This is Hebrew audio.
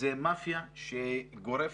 זו מאפיה שגורפת